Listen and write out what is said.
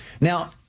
Now